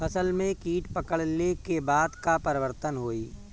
फसल में कीट पकड़ ले के बाद का परिवर्तन होई?